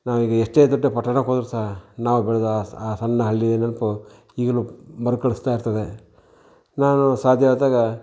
ನಾವೀಗ ಎಷ್ಟೇ ದೊಡ್ಡ ಪಟ್ಟಣಕ್ಕೆ ಹೋದರೂ ಸಹ ನಾವು ಬೆಳೆದ ಆ ಸಣ್ಣ ಹಳ್ಳಿಯ ನೆನೆಪು ಈಗಲೂ ಮರುಕಳಿಸ್ತಾಯಿರ್ತದೆ ನಾನು ಸಾಧ್ಯ ಆದಾಗ